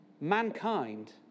mankind